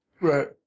Right